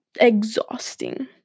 exhausting